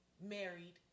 married